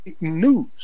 news